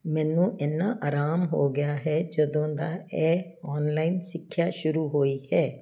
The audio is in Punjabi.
ਮੈਨੂੰ ਇੰਨਾ ਆਰਾਮ ਹੋ ਗਿਆ ਹੈ ਜਦੋਂ ਦਾ ਇਹ ਆਨਲਾਈਨ ਸਿੱਖਿਆ ਸ਼ੁਰੂ ਹੋਈ ਹੈ